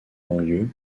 banlieue